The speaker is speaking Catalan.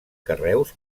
carreus